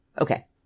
Okay